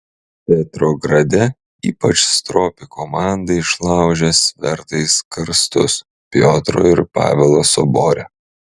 petrograde ypač stropi komanda išlaužė svertais karstus piotro ir pavelo sobore